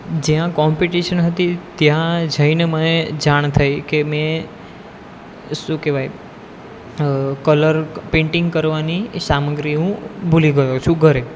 જ્યાં કોમ્પિટિશન હતી ત્યાં જઈને મેં જાણ થઈ કે મેં શું કહેવાય કલર પેંટિંગ કરવાની સામગ્રી હું ભૂલી ગયો છું ઘરે